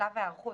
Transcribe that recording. בשלב ההיערכות.